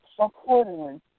accordingly